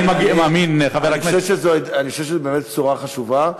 אני חושב שזו באמת בשורה חשובה,